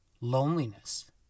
loneliness